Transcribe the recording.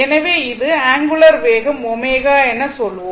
எனவே இது அங்குலர் வேகம் ω என சொல்லுவோம்